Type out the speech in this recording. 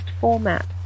format